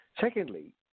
Secondly